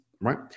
right